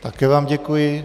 Také vám děkuji.